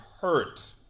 hurt